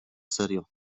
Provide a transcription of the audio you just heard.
serio